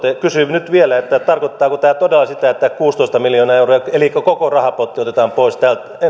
kysyn nyt vielä tarkoittaako tämä todella sitä että tämä kuusitoista miljoonaa euroa eli koko rahapotti otetaan pois